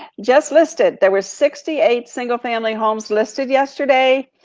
just listed, there were sixty eight single family homes listed yesterday,